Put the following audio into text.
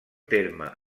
terme